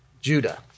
Judah